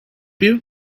you